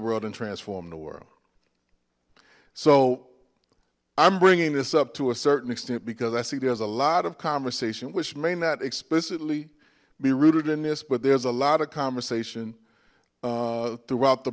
world and transform the world so i'm bringing this up to a certain extent because i see there's a lot of conversation which may not explicitly be rooted in this but there's a lot of conversation throughout the